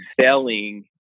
selling